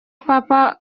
papa